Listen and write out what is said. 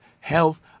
Health